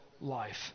life